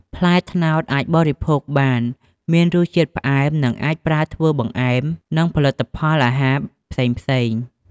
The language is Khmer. ផ្លែត្នោតអាចបរិភោគបាន មានរសជាតិផ្អែម និងអាចប្រើធ្វើបង្អែម និងផលិតផលអាហារផ្សេងៗ។